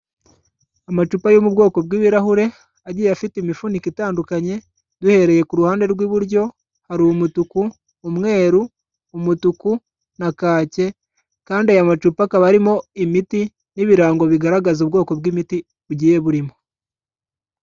Amacupa yo mu bwoko bw'ibirahure, agiye afite imifuniko itandukanye, duhereye ku ruhande rw'iburyo hari umutuku, umweru, umutuku na kake kandi aya macupa akaba arimo imiti n'ibirango bigaragaza ubwoko bw'imiti bugiye burimo.